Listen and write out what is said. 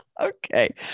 Okay